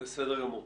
בסדר גמור.